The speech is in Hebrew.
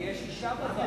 ויש אשה בוועדה.